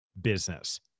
business